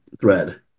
thread